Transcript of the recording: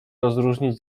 rozróżnić